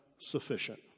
sufficient